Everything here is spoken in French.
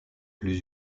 plus